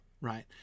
right